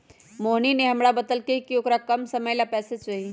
मोहिनी ने हमरा बतल कई कि औकरा कम समय ला पैसे चहि